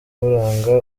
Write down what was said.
buranga